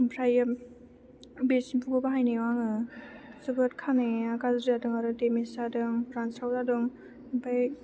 ओमफ्रायो बे सेम्फुखौ बाहायनायाव आङो जोबोद खानाया गाज्रि जादों आरो डेमेज जादों रानस्राव जादों ओमफाय